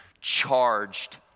charged